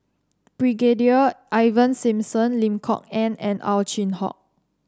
Brigadier Ivan Simson Lim Kok Ann and Ow Chin Hock